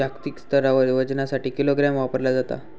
जागतिक स्तरावर वजनासाठी किलोग्राम वापरला जाता